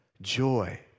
joy